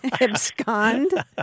Abscond